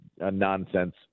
nonsense